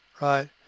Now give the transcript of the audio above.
right